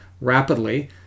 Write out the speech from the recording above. rapidly